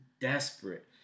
desperate